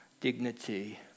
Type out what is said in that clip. dignity